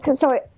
Sorry